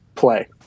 play